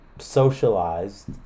Socialized